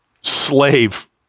slave